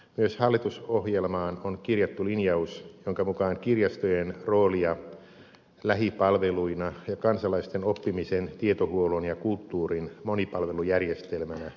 myös hallitusohjelmaan on kirjattu linjaus jonka mukaan kirjastojen roolia lähipalveluina ja kansalaisten oppimisen tietohuollon ja kulttuurin monipalvelujärjestelmänä vahvistetaan